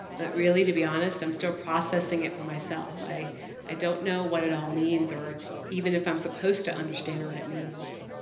but really, to be honest, i am still processing it for myself. i i don't know what it all means. or even if i'm supposed to understand what it means.